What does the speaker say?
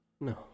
No